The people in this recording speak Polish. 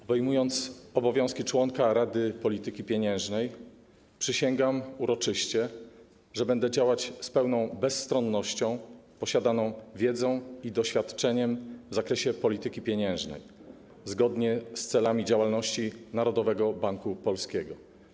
Obejmując obowiązki członka Rady Polityki Pieniężnej, przysięgam uroczyście, że będę działać z pełną bezstronnością, posiadaną wiedzą i doświadczeniem w zakresie polityki pieniężnej, zgodnie z celami działalności Narodowego Banku Polskiego.